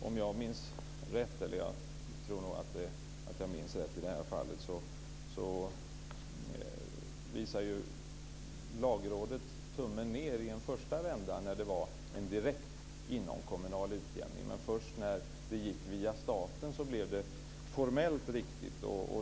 Om jag minns rätt - och jag tror att jag i detta fall minns rätt - visade Lagrådet tummen ned i en första vända när det var en direkt inomkommunal utjämning. Först när vi gick via staten blev det formellt riktigt.